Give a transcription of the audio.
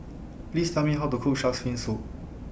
Please Tell Me How to Cook Shark's Fin Soup